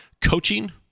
coaching